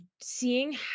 seeing